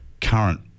current